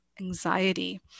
anxiety